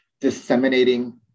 Disseminating